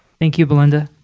thank you, belinda.